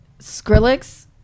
Skrillex